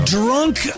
drunk